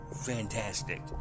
fantastic